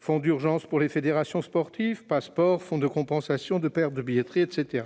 Fonds d'urgence pour les fédérations sportives, Pass'Sport, Fonds de compensation de pertes de billetterie, etc.